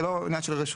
זה לא עניין של רשות.